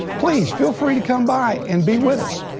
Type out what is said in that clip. please feel free to come by and be with us.